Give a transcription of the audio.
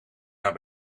naar